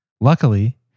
Luckily